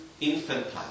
infantile